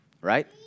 right